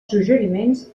suggeriments